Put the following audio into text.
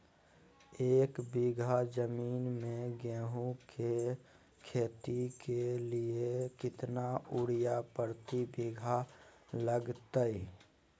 एक बिघा जमीन में गेहूं के खेती के लिए कितना यूरिया प्रति बीघा लगतय?